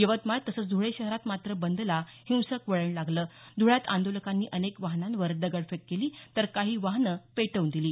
यवतमाळ तसंच ध्ळे शहरात मात्र बंदला हिंसक वळण लागलं ध्ळ्यात आंदोलकांनी अनेक वाहनांवर दगडफेक केली तर काही वाहनं पेटवून दिली